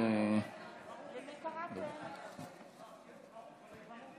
אדוני היושב-ראש, מכובדיי